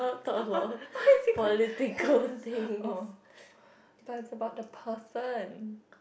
why oh but is about the person